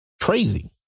Crazy